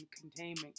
containment